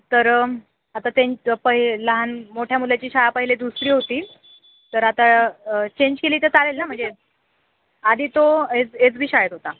तर आता ते पहि लहान मोठ्या मुलाची शाळा पहिले दुसरी होती तर आता चेंज केली तर चालेल ना म्हणजे आधी तो एज एज बी शाळेत होता